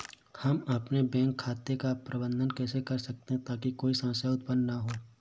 हम अपने बैंक खाते का प्रबंधन कैसे कर सकते हैं ताकि कोई समस्या उत्पन्न न हो?